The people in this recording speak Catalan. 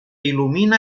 il·lumina